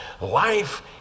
life